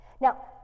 Now